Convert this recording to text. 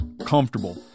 comfortable